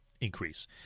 increase